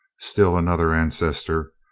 still another ancestor,